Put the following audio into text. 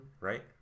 right